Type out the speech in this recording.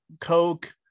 Coke